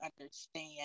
understand